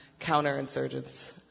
counterinsurgents